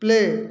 play